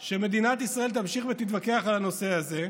שמדינת ישראל תמשיך ותתווכח על הנושא הזה,